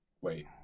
Wait